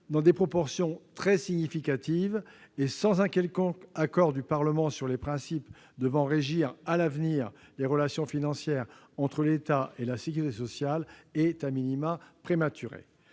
dans des proportions très significatives et sans un quelconque accord du Parlement sur les principes devant régir, à l'avenir, les relations financières entre l'État et la sécurité sociale, est prématuré.